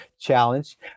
challenge